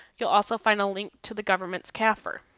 you'll also, find a link to the government's cafr.